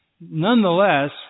Nonetheless